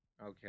Okay